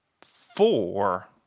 Four